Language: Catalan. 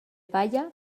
palla